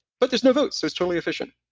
but there's no votes. so it's totally efficient,